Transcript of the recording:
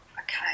Okay